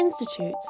Institute